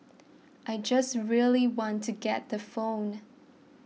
I just really want to get the phone